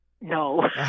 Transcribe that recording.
No